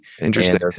Interesting